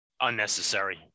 Unnecessary